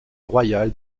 royal